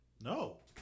No